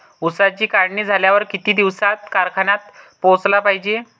ऊसाची काढणी झाल्यावर किती दिवसात कारखान्यात पोहोचला पायजे?